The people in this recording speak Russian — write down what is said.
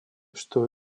что